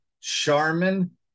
Charmin